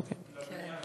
אוקיי.